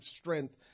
strength